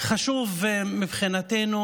חשוב מבחינתנו